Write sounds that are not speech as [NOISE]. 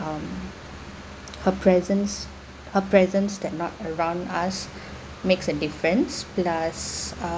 um her presence her presence that not around us [BREATH] makes a different with us